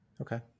Okay